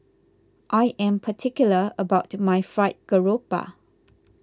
I am particular about my Fried Garoupa